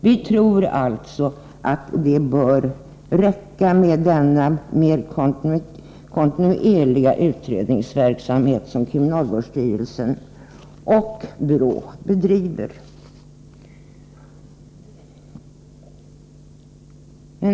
Vi tror alltså att det bör räcka med denna mera kontinuerliga utredningsverksamhet som kriminalvårdsstyrelsen och BRÅ bedriver.